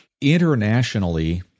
Internationally